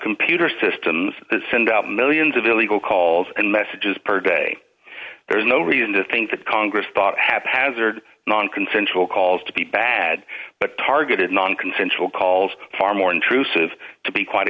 computer systems that send out millions of illegal calls and messages per day there's no reason to think that congress thought haphazard nonconsensual calls to be bad but targeted nonconsensual calls far more intrusive to be quite